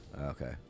Okay